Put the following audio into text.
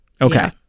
Okay